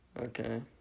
Okay